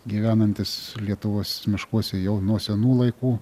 gyvenantis lietuvos miškuose jau nuo senų laikų